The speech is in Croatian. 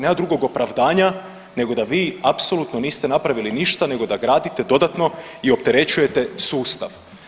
Nema drugog opravdanja nego da vi apsolutno niste napravili ništa, nego da gradite dodatno i opterećujete sustav.